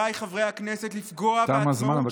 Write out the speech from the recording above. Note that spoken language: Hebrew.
תם הזמן.